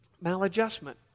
Maladjustment